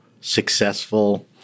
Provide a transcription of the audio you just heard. successful